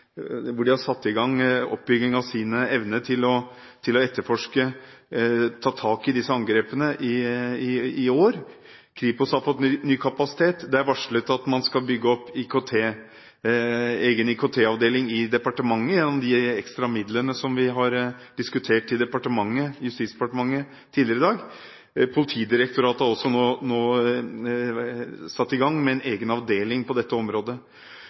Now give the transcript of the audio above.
De har satt i gang med en oppbygging for å forbedre evnen til å etterforske og ta tak i disse angrepene – i år. Kripos har fått ny kapasitet. Det er varslet at man skal bygge opp en egen IKT-avdeling i departementet med de ekstra midlene til Justisdepartementet som vi har diskutert tidligere i dag. Politidirektoratet har nå også startet en egen avdeling på dette området.